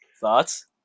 thoughts